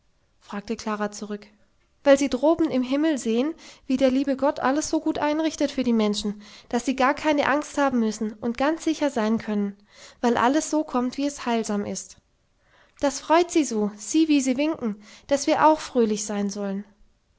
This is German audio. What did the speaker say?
fragte klara zurück weil sie droben im himmel sehen wie der liebe gott alles so gut einrichtet für die menschen daß sie gar keine angst haben müssen und ganz sicher sein können weil alles so kommt wie es heilsam ist das freut sie so sieh wie sie winken daß wir auch so fröhlich sein sollen